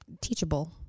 teachable